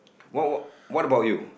what what what about you